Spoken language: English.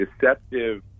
deceptive